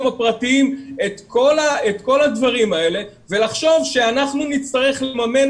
הפרטיים את כל הדברים האלה ולחשוב שאנחנו נצטרך לממן